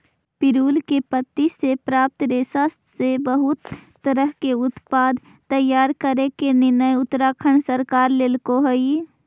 पिरुल के पत्ति से प्राप्त रेशा से बहुत तरह के उत्पाद तैयार करे के निर्णय उत्तराखण्ड सरकार लेल्के हई